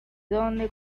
dónde